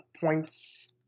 points